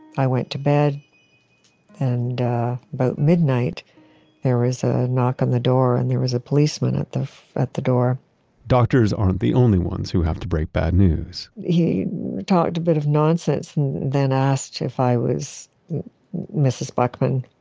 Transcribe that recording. i went to bed and about midnight there was a knock on the door and there was a policeman at the at the door doctors aren't the only ones who have to break bad news he talked a bit of nonsense then asked if i was mrs. buckman.